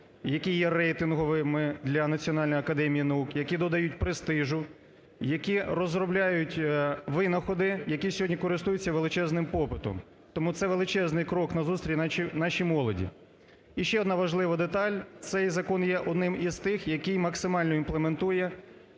які є рейтинговими для Національної академії наук, які додають престижу, які розробляють винаходи, які сьогодні користуються величезним попитом, тому це величезний крок на зустріч нашій молоді. І ще одна важлива деталь, цей закон є одним з тих, який максимально імплементує